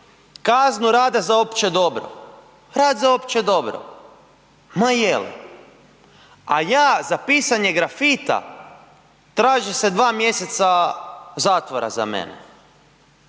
kaznu rada za opće dobro, rad za opće dobro. Ma jeli. A ja za pisanje grafita, traži se dva mjeseca zatvora za mene.